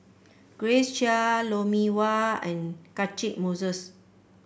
Grace Chia Lou Mee Wah and Catchick Moses